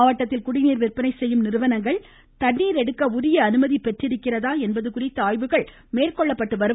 மாவட்டத்தில் குடிநீர் விற்பனை செய்யும் நிறுவனங்கள் தண்ணீர் எடுக்க உரிய அனுமதி பெற்றிருக்கிறதா என்பது குறித்த ஆய்வுகள் மேற்கொள்ளப்பட்டுவருவதாக கூறினார்